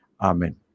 Amen